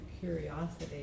curiosity